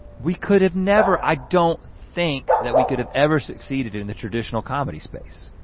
we could have never, i don't think that we could have ever succeeded in the traditional comedy space.